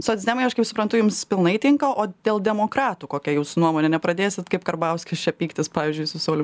socdemai aš kaip suprantu jums pilnai tinka o dėl demokratų kokia jūsų nuomonė nepradėsit kaip karbauskis čia pyktis pavyzdžiui su saulium